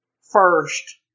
first